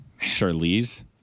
Charlize